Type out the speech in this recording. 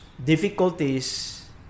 Difficulties